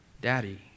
Daddy